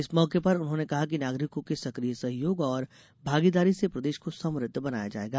इस मौके पर उन्होंने कहा कि नागरिकों के सक्रिय सहयोग और भागीदारी से प्रदेश को समृद्ध बनाया जायेगा